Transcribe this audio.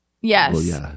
yes